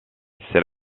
c’est